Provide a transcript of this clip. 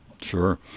Sure